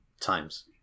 times